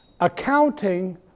Accounting